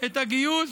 את הגיוס.